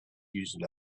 used